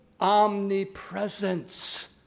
omnipresence